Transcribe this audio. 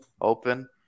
open